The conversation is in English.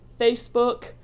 Facebook